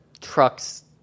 trucks